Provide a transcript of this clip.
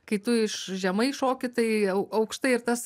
kai tu iš žemai šoki tai au aukštai ir tas